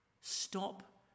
stop